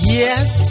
yes